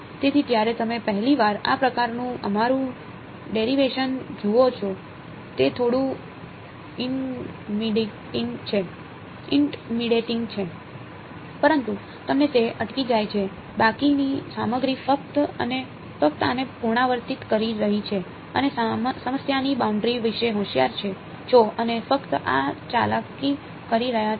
તેથી જ્યારે તમે પહેલી વાર આ પ્રકારનું અમારું ડેરિવેશન જુઓ છો તે થોડું ઇન્ટિમીડેટિંગ છે પરંતુ તમને તે અટકી જાય છે બાકીની સામગ્રી ફક્ત આને પુનરાવર્તિત કરી રહી છે તમે સમસ્યાની બાઉન્ડરી વિશે હોશિયાર છો અને ફક્ત આ ચાલાકી કરી રહ્યા છો